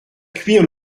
cuire